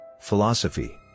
philosophy